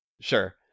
Sure